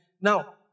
Now